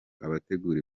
abategura